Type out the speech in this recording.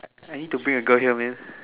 I need to bring a girl here man